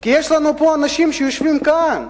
כי יש לנו אנשים שיושבים כאן,